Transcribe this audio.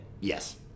Yes